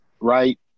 right